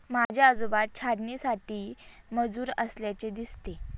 माझे आजोबा छाटणीसाठी मजूर असल्याचे दिसते